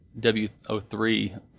W03